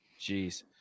Jeez